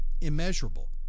immeasurable